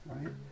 right